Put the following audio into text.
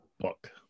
Book